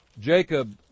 Jacob